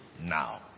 now